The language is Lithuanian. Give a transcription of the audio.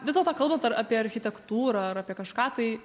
vis dėlto kalbant ar apie architektūrą ar apie kažką tai